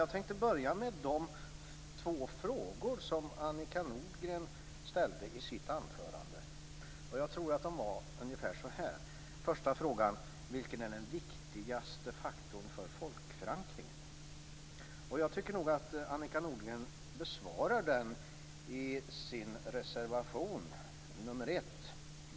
Jag tänkte börja med de två frågor som Annika Nordgren ställde i sitt anförande. Jag tror att de var ungefär följande. Vilken är den viktigaste faktorn för folkförankringen? Jag tycker nog att Annika Nordgren besvarar den frågan i sin reservation nr 1.